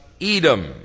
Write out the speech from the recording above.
Edom